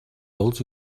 dolç